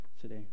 today